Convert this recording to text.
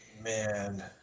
Man